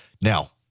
Now